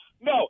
No